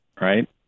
right